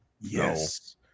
Yes